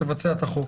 תבצע את החוק.